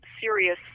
serious